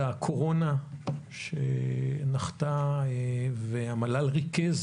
הקורונה שנחתה והמל"ל ריכז